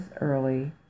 early